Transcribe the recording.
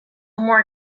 more